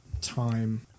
time